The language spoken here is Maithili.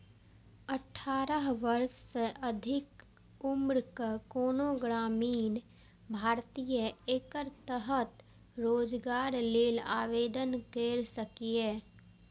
अठारह वर्ष सँ अधिक उम्रक कोनो ग्रामीण भारतीय एकर तहत रोजगार लेल आवेदन कैर सकैए